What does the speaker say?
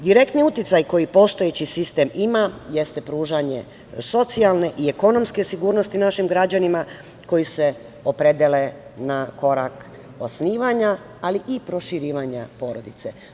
Direktni uticaj koji postojeći sistem ima jeste pružanje i socijalne sigurnosti našim građanima koji se opredele na korak osnivanja, ali i proširivanja porodice.